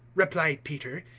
replied peter,